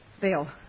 Bill